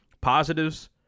positives